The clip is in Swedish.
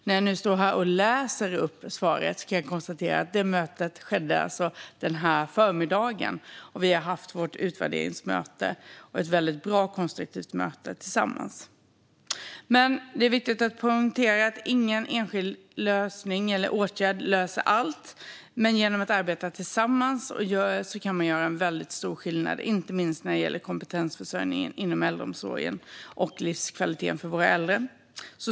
När jag nu lämnar mitt svar här i kammaren kan jag berätta att mötet skedde i förmiddags. Vårt utvärderingsmöte var väldigt bra och konstruktivt. Det är dock viktigt att poängtera att ingen enskild åtgärd löser allt, men genom att arbeta tillsammans kan man göra väldigt stor skillnad för kompetensförsörjningen inom äldreomsorgen och livskvaliteten för våra äldre.